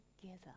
together